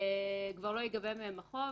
שכבר לא ייגבה מהם החוב,